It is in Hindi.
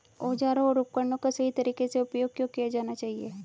औजारों और उपकरणों का सही तरीके से उपयोग क्यों किया जाना चाहिए?